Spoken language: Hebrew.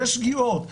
יש שגיאות,